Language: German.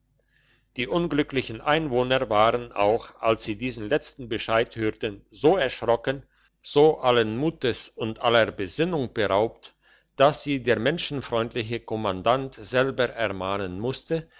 die unglücklichen einwohner waren auch als sie diesen letzten bescheid hörten so erschrocken so alles mutes und aller besinnung beraubt dass sie der menschenfreundliche kommandant selber ermahnen musste